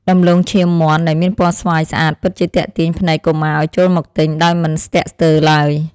ដំឡូងឈាមមាន់ដែលមានពណ៌ស្វាយស្អាតពិតជាទាក់ទាញភ្នែកកុមារឱ្យចូលមកទិញដោយមិនស្ទាក់ស្ទើរឡើយ។